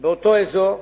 באותו אזור.